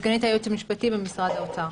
סגנית היועץ המשפטי במשרד האוצר.